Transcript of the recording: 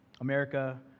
America